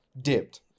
Dipped